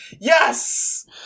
yes